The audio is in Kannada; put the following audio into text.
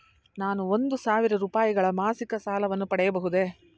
ನಾನು ಒಂದು ಸಾವಿರ ರೂಪಾಯಿಗಳ ಮಾಸಿಕ ಸಾಲವನ್ನು ಪಡೆಯಬಹುದೇ?